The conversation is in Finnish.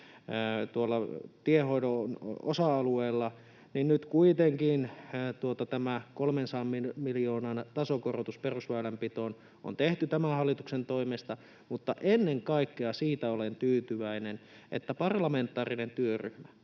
tiehoidon osa-alueella, niin nyt kuitenkin on tehty 300 miljoonan tasokorotus perusväylänpitoon tämän hallituksen toimesta. Mutta ennen kaikkea siitä olen tyytyväinen, että parlamentaarisen työryhmän